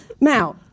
Now